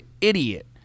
idiot